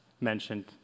mentioned